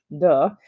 Duh